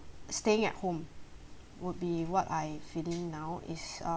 staying at home would be what I feeling now is